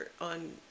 on